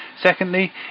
Secondly